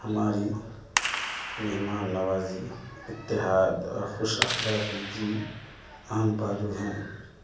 ہماری مہمان نوازی اتحاد اور خوش اخلاقی بھی اہم پہلو ہیں